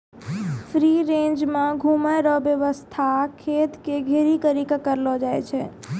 free range मे घुमै रो वेवस्था खेत के घेरी करी के करलो जाय छै